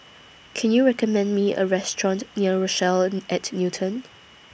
Can YOU recommend Me A Restaurant near Rochelle At Newton